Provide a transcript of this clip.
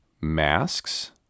Masks